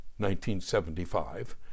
1975